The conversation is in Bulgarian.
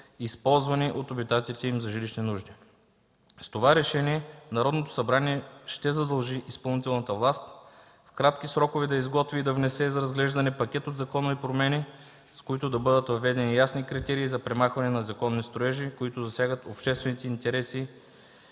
използвани от обитателите им за жилищни нужди. С това решение Народното събрание ще задължи изпълнителната власт в кратки срокове да изготви и да внесе за разглеждане пакет от законови промени, с които да бъдат въведени ясни критерии за премахване на незаконни строежи, които засягат обществените интереси,